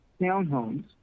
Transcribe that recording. townhomes